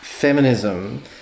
Feminism